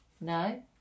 No